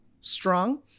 strong